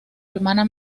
hermana